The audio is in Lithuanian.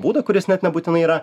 būdą kuris net nebūtinai yra